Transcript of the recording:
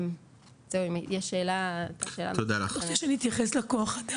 אם יש שאלה נוספת אשמח להתייחס.